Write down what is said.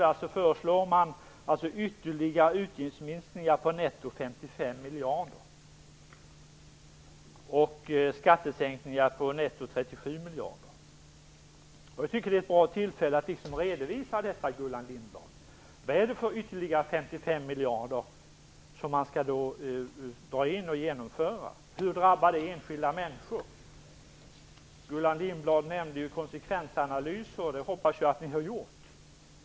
Där föreslår man ytterligare utgiftsminskningar på netto 55 miljarder och skattesänkningar på netto 37 miljarder. Jag tycker att det i dag är ett bra tillfälle att redovisa detta, Gullan Lindblad. Vad är det för ytterligare 55 miljarder som man skall dra in? Hur drabbar det enskilda människor? Gullan Lindblad talade ju om konsekvensanalyser. Jag hoppas att ni har gjort sådana i det här fallet.